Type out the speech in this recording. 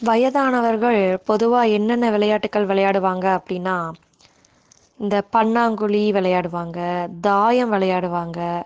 வயதானவர்கள் பொதுவா என்னென்ன விளையாட்டுகள் விளையாடுவாங்க அப்படினா இந்த பன்னாங்குழி விளையாடுவாங்க தாயம் விளையாடுவாங்க